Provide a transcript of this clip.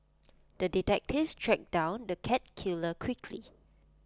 the detective tracked down the cat killer quickly